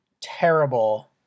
terrible